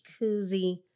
jacuzzi